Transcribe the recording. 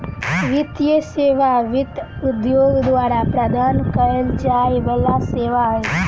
वित्तीय सेवा वित्त उद्योग द्वारा प्रदान कयल जाय बला सेवा अछि